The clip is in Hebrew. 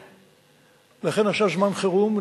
לכן עכשיו זמן חירום,